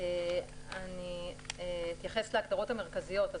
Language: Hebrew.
את ההגדרות המשמעותיות לצורך הצו הזה.